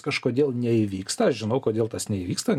kažkodėl neįvyksta aš žinau kodėl tas neįvyksta